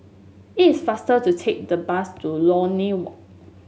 it is faster to take the bus to Lornie Walk